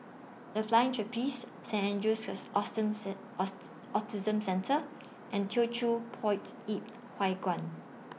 The Flying Trapeze Saint Andrew's Autism Centre and Teochew Poit Ip Huay Kuan